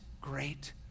great